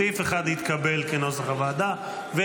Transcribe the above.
סעיף 1, כנוסח הוועדה, התקבל.